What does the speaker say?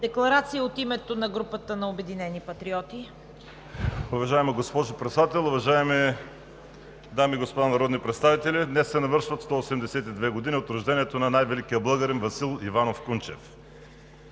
декларация от името на групата на „Обединени патриоти“.